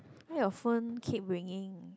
why your phone keep ringing